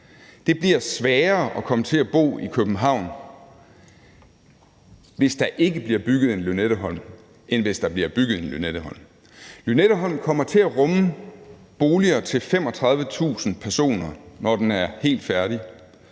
ikke bliver bygget en Lynetteholm, end hvis der bliver bygget en Lynetteholm. Lynetteholm kommer til at rumme boliger til 35.000 personer, når den er helt færdig,